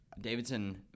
Davidson